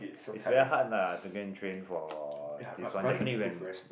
it's very hard lah to go and train for this one definitely when